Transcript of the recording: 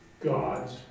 God's